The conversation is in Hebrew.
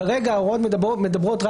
כרגע ההוראות מדברות רק